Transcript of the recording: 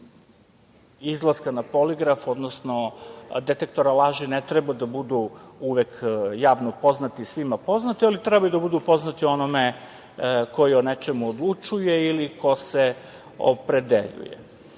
izlaska na poligraf, odnosno detektora laži ne treba da budu uvek javno poznati, svima poznati, ali treba ju da budu poznati onome ko o nečemu odlučuje ili ko se opredeljuje. Kad